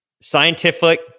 Scientific